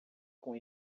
com